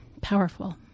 powerful